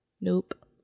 Nope